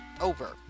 over